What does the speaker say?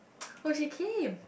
oh she came